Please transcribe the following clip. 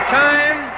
time